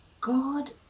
God